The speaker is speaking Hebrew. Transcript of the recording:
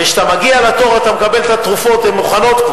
וכשאתה מגיע לתור אתה מקבל את התרופות והן כבר מוכנות,